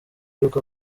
y’uko